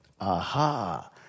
Aha